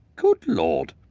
good lord,